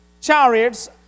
chariots